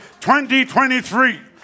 2023